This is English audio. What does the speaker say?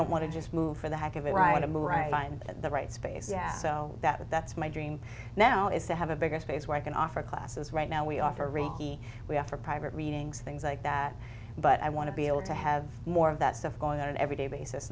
don't want to just move for the heck of a ride to move right on the right space yeah so that that's my dream now is to have a bigger space where i can offer classes right now we offer reiki we offer private readings things like that but i want to be able to have more of that stuff going on an everyday basis